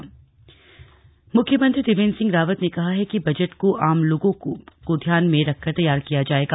जट CM मुख्यमंत्री त्रिवेंद्र रावत ने कहा है कि बजट को आम लोगों को ध्यान में रखकर तैयार किया जाएगा